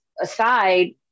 aside